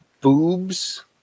boobs